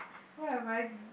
what have I